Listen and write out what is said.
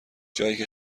جاییکه